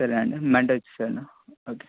సరే అండి మండే వచ్చేస్తాను ఓకే